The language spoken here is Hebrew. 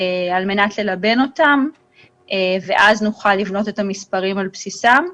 על מנת ללבן אותן ואז נוכל לבנות את המספרים על בסיסן.